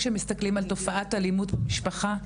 כשמסתכלים על תופעת אלימות במשפחה,